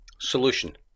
Solution